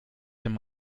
dem